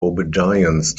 obedience